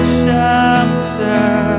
shelter